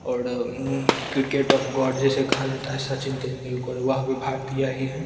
औड़ cricket of God जिसे कहा जाता है सचिन तेंदुलकर वह भी भारतीय ही हैं